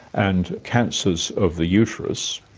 and cancers of the uterus.